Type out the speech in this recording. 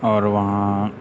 आओर वहाँ